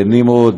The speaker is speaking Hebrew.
נמרוד,